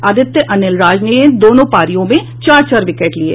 आदित्य अनिल राज ने दोनों पारियों में चार चार विकेट लिये